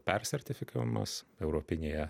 persertifikavimas europinėje